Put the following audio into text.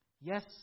Yes